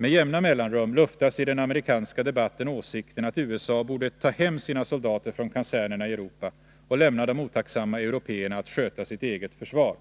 Med jämna mellanrum luftas i den amerikanska debatten åsikten att USA borde ta hem sina soldater från kasernerna i Europa och lämna de otacksamma européerna att sköta sitt eget försvar.